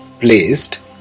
placed